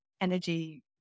energy